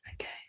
Okay